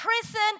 prison